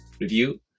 review